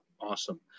awesome